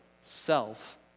self